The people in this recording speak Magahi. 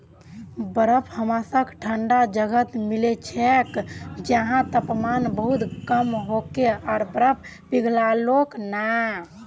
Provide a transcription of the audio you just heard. बर्फ हमसाक ठंडा जगहत मिल छेक जैछां तापमान बहुत कम होके आर बर्फ पिघलोक ना